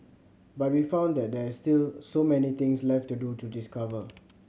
but we found that there is still so many things left to discover